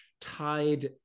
tied